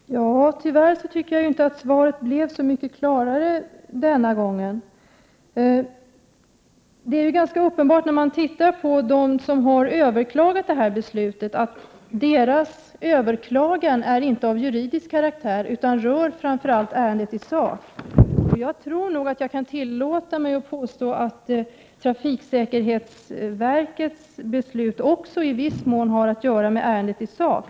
Herr talman! Tyvärr tycker jag inte att kommunikationsministerns inlägg gjorde svaret så mycket klarare. Det är ganska uppenbart att de överklagningar som har gjorts inte är av juridisk karaktär utan rör ärendet framför allt isak. Jag kan nog tillåta mig att påstå att trafiksäkerhetsverkets beslut i viss mån har att göra med ärendet i sak.